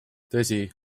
tõsi